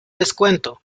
descuento